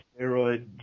steroid